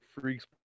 Freaks